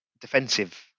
defensive